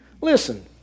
Listen